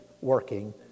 working